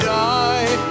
die